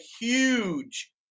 huge